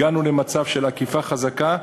הגענו למצב של אכיפה חזקה,